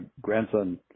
grandson